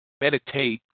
meditate